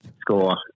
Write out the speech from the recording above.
score